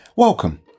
Welcome